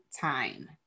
time